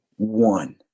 One